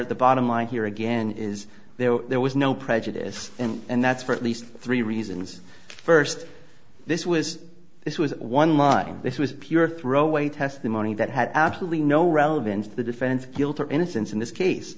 at the bottom line here again is there there was no prejudice and that's for at least three reasons first this was this was one line this was pure throwaway testimony that had absolutely no relevance to the defense of guilt or innocence in this case